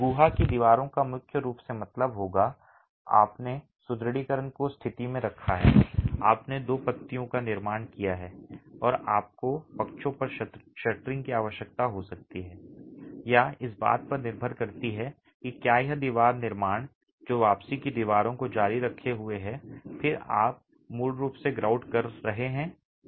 गुहा की दीवारों का मुख्य रूप से मतलब होगा आपने सुदृढीकरण को स्थिति में रखा है आपने दो पत्तियों का निर्माण किया है और आपको पक्षों पर शटरिंग की आवश्यकता हो सकती है या इस बात पर निर्भर करती है कि क्या यह दीवार निर्माण जो वापसी की दीवारों को जारी रखे हुए है और फिर आप मूल रूप से ग्राउट कर रहे हैं यह ठीक है